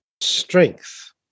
strength